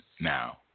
now